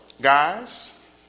Guys